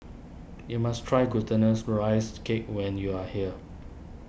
you must try Glutinous Rice Cake when you are here